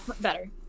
better